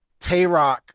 Tayrock